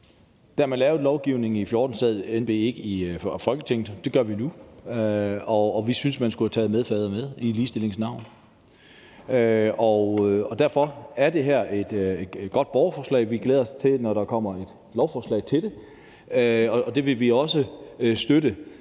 Da man lavede lovgivningen i 2014, sad NB ikke i Folketinget, og det gør vi nu, og vi synes, at man skulle have taget medfædrene med i ligestillingens navn, og derfor er det her et godt borgerforslag, og vi glæder os til, at der kommer et lovforslag til det, og det vil vi også støtte.